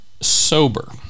sober